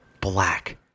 black